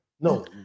No